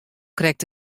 krekt